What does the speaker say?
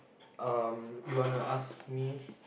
um you wanna ask me